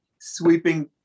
sweeping